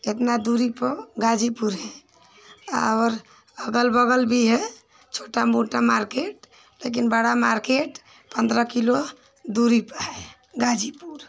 इतनी दूरी पर गाज़ीपुर है और अगल बगल भी है छोटा मोटा मार्केट लेकिन बड़ा मार्केट पन्द्रह किलो दूरी पर है गाज़ीपुर